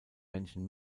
menschen